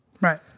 Right